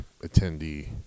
attendee